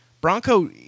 Bronco